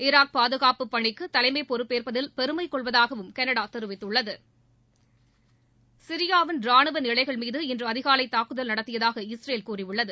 Iraq பாதுகாப்பு பணிக்கு தலைமை பொறுப்புயேற்பதில் பெருமை கொள்வதாகவும் கனடா தெரிவித்துள்ளது சிரியாவின் ரானுவ நிலைகள் மீது இன்று அதிகாலை தாக்குதல் நடத்தியதாக இஸ்ரேல் கூறியுள்ளது